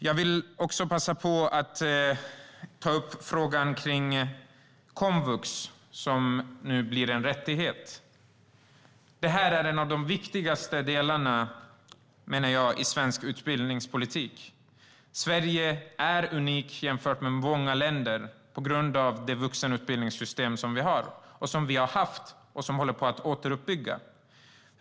Jag vill också passa på att ta upp frågan om komvux, som nu blir en rättighet. Det här är en av de viktigaste delarna, menar jag, i svensk utbildningspolitik. Sverige är unikt jämfört med många andra länder tack vare det utbildningssystem som vi har - eller som vi har haft och håller på att återuppbygga.